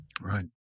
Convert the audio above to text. Right